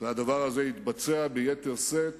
והדבר הזה יתבצע ביתר שאת